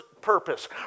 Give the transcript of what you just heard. purpose